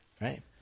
Right